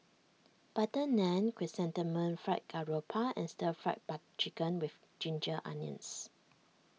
Butter Naan Chrysanthemum Fried Garoupa and Stir Fry Chicken with Ginger Onions